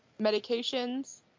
medications